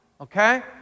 Okay